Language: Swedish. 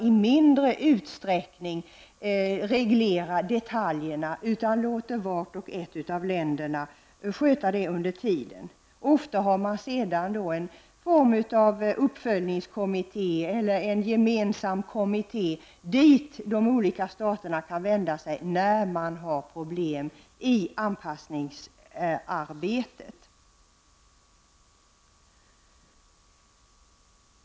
I mindre utsträckning reglerar man detaljerna. Man låter i stället vart och ett av länderna självt sköta sådana frågor under tiden. Ofta har man sedan en form av uppföljningskommitté eller en gemensam kommitté till vilken staterna kan vända sig då de får problem i anpassningsarbetet.